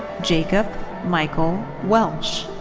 jacob michael welsh.